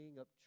up